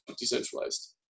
decentralized